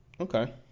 Okay